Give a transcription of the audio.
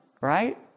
right